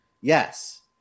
yes